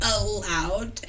allowed